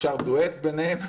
אפשר דואט ביניהם?